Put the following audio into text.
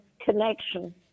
connection